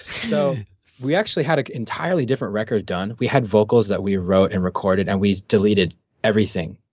so we actually had an entirely different record done. we had vocals that we wrote and recorded, and we deleted everything,